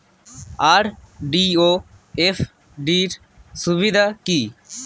RD ও FD র সুবিধা কি?